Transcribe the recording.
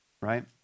right